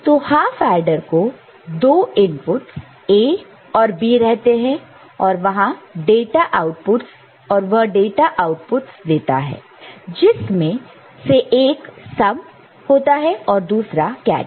तो half adder को 2 inputs A और B रहते हैं और वह डाटा आउटपुटस देता है जिसमें से एक सम होता है और दूसरा कैरी